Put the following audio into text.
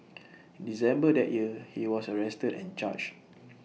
December that year he was arrested and charged